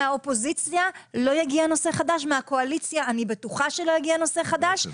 שמהאופוזיציה לא יגיע נושא חדש ומהקואליציה אני בטוחה שלא יגיע נושא חדש.